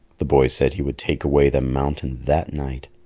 the boy said he would take away the mountain that night,